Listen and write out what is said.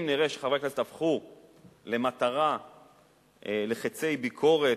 אם נראה שחברי הכנסת הפכו מטרה לחצי ביקורת